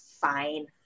fine